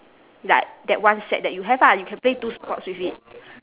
like that one set that you have ah you can play two sports with it